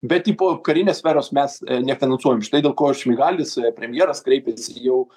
bet tipo karinės sferos mes nefinansuojam štai dėl ko šmigalis premjeras kreipėsi jau